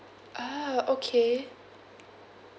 ah okay